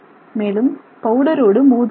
மேலும் பவுடரோடு மோதுவதில்லை